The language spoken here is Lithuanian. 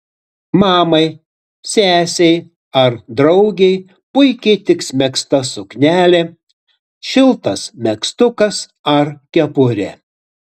mamai sesei ar draugei puikiai tiks megzta suknelė šiltas megztukas ar kepurė